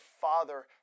Father